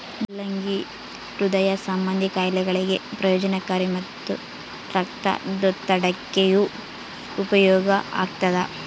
ಮುಲ್ಲಂಗಿ ಹೃದಯ ಸಂಭಂದಿ ಖಾಯಿಲೆಗಳಿಗೆ ಪ್ರಯೋಜನಕಾರಿ ಮತ್ತು ರಕ್ತದೊತ್ತಡಕ್ಕೆಯೂ ಉಪಯೋಗ ಆಗ್ತಾದ